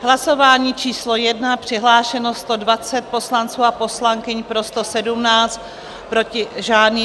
V hlasování číslo 1 přihlášeno 120 poslanců a poslankyň, pro 117, proti žádný.